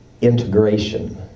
integration